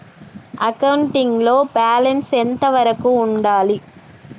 Accounting లో balance ఎంత వరకు ఉండాలి?